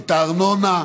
את הארנונה?